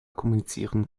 kommunizieren